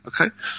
okay